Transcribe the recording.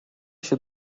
się